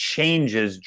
Changes